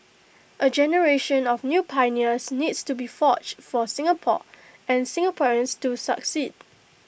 A generation of new pioneers needs to be forged for Singapore and Singaporeans to succeed